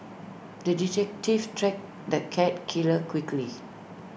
the detective tracked the cat killer quickly